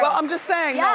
but i'm just saying. yeah